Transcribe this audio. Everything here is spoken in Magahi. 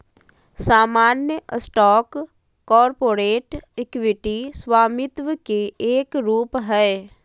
सामान्य स्टॉक कॉरपोरेट इक्विटी स्वामित्व के एक रूप हय